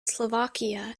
slovakia